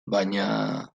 baina